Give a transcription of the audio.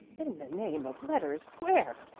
in the name of letters, where?